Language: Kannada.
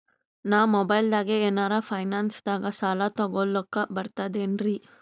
ನಾ ಮೊಬೈಲ್ದಾಗೆ ಏನರ ಫೈನಾನ್ಸದಾಗ ಸಾಲ ತೊಗೊಲಕ ಬರ್ತದೇನ್ರಿ?